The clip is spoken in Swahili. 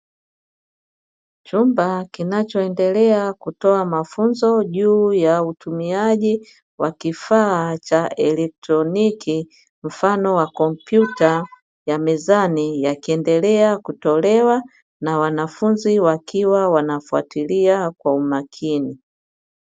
Chumba kinachoendelea kutoa mafunzo juu ya utumiaji wa kifaa cha elektroniki mfano wa kompyuta ya mezani, yakiendelea kutolewa na wanafunzi wakiwa wanafuatilia kwa umakini.